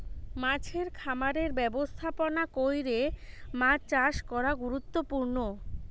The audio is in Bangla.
মাছের খামারের ব্যবস্থাপনা কইরে মাছ চাষ করা গুরুত্বপূর্ণ